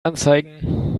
anzeigen